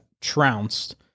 trounced